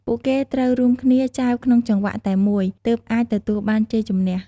ពួកគេត្រូវរួមគ្នាចែវក្នុងចង្វាក់តែមួយ ទើបអាចទទួលបានជ័យជំនះ។